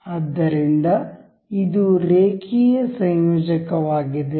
ಆದ್ದರಿಂದ ಇದು ರೇಖೀಯ ಸಂಯೋಜಕ ವಾಗಿದೆ